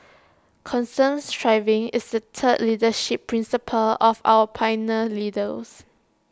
constant striving is the third leadership principle of our pioneer leaders